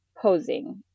posing